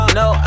no